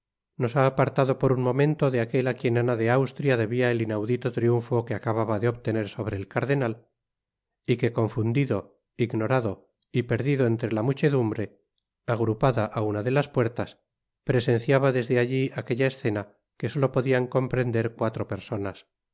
nos ha apartado por un momento de aquel á quien ana de austria debia el inaudito triunfo que acababa de obtener sobre el cardenal y que confundido ignorado y perdido entre una muchedumbre agrupada á una de las puertas presenciaba desde alli aquella escena que solo podian comprender cuatro personas